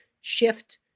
shift